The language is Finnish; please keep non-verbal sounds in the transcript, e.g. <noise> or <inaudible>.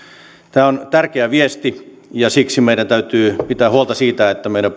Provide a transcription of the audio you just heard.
tämä on tärkeä viesti ja siksi meidän täytyy pitää huolta siitä että meidän <unintelligible>